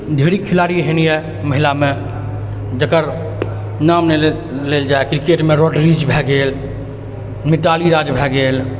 ढ़ेरी खेलाड़ी एहन यऽ महिलामे जकर नाम नहि लेल लेल जाइ क्रिकेटमे रोड्रिग्ज भए गेल मिताली राज भए गेल